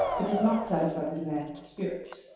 it does not satisfy the demands of the spirit.